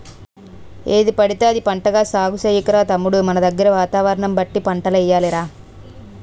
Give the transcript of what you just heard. ఏదిపడితే అది పంటగా సాగు చెయ్యకురా తమ్ముడూ మనదగ్గర వాతావరణం బట్టి పంటలెయ్యాలి రా